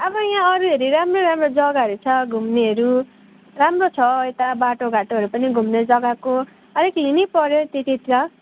अब यहाँ अरू हेरी राम्रो राम्रो जग्गाहरू छ घुम्नेहरू राम्रो छ यता बाटोघाटोहरू पनि घुम्ने जग्गाको अलिक लिनैपऱ्यो त्यति त